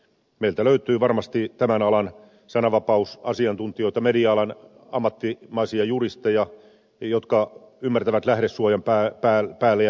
meiltä löytyy varmasti tämän alan sananvapausasiantuntijoita media alan ammattimaisia juristeja jotka ymmärtävät lähdesuojan päälle ja niin edelleen